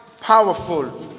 powerful